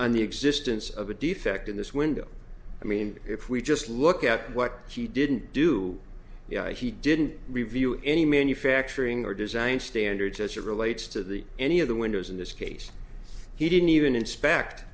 on the existence of a defect in this window i mean if we just look at what he didn't do he didn't review any manufacturing or design standards as it relates to the any of the windows in this case he didn't even